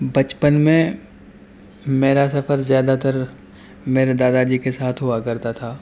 بچپن میں میرا سفر زیادہ تر میرے دادا جی کے ساتھ ہوا کرتا تھا